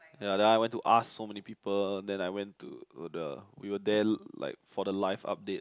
ya then I went to ask so many people then I went to the we were there like for the live update